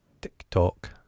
TikTok